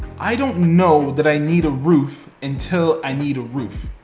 i don't know that i need a roof until i need a roof.